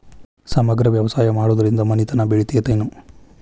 ಸಮಗ್ರ ವ್ಯವಸಾಯ ಮಾಡುದ್ರಿಂದ ಮನಿತನ ಬೇಳಿತೈತೇನು?